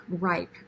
ripe